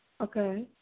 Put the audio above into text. Okay